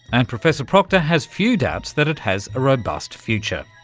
and professor proctor has few doubts that it has a robust future.